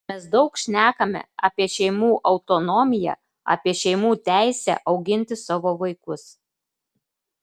mes daug šnekame apie šeimų autonomiją apie šeimų teisę auginti savo vaikus